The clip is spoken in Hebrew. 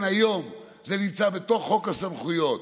לכן היום זה נמצא בתוך חוק הסמכויות,